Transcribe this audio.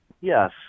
Yes